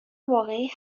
واقعی